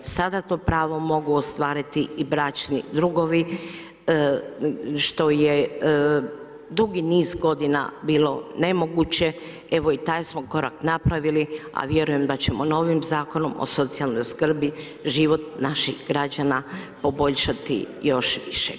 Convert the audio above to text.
Sada to pravo mogu ostvariti i bračni drugovi, što je dugi niz godina bilo nemoguće, evo i taj smo korak napravili a vjerujem da ćemo novim Zakonom o socijalnoj skrbi život naših građana poboljšati još više.